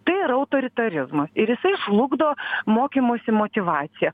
tai yra autoritarizmas ir jisai žlugdo mokymosi motyvaciją